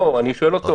לא, אני שואל אותו.